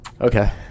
okay